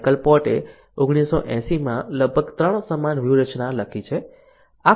Michael પોર્ટે 1980 માં લગભગ 3 સામાન્ય વ્યૂહરચના લખી છે